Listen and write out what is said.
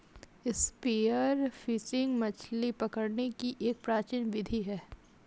spear fishing मछली पकड़ने की एक प्राचीन विधि है